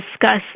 discuss